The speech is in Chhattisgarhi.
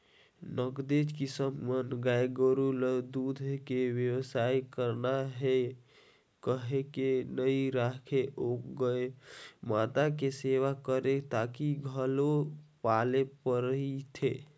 नगदेच किसान मन गाय गोरु ल दूद के बेवसाय करना हे कहिके नइ राखे गउ माता के सेवा करे खातिर घलोक पाले रहिथे